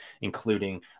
including